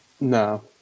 No